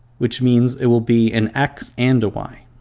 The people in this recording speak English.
which means it will be an x and a y.